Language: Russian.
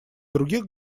других